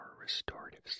restorative